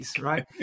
right